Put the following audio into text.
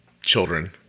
children